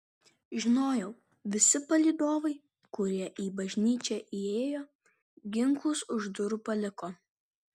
žinojau visi palydovai kurie į bažnyčią įėjo ginklus už durų paliko